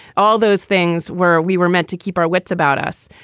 all those things were we were meant to keep our wits about us.